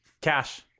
Cash